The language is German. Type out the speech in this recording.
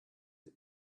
sie